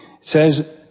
says